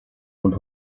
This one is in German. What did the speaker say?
und